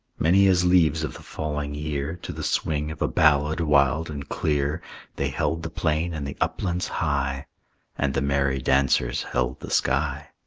many as leaves of the falling year, to the swing of a ballad wild and clear they held the plain and the uplands high and the merry-dancers held the sky.